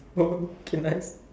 okay nice